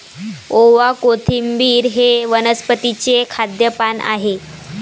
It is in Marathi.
ओवा, कोथिंबिर हे वनस्पतीचे खाद्य पान आहे